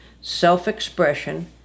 self-expression